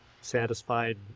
satisfied